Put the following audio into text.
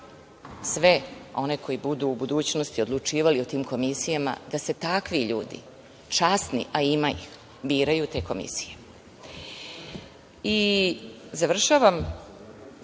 sve one koji budu u budućnosti odlučivali o tim komisijama, da se takvi ljudi, časni, a ima ih, biraju u te komisije. Završavam,